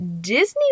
Disney